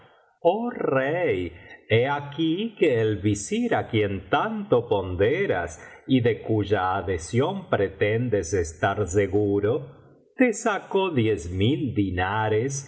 oh rey he aquí que el visir á quien tanto ponderas y de cuya adhesión pretendes estar seguro te sacó diez mil dinares